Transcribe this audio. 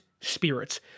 spirits